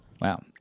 Wow